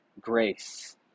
grace